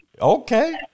Okay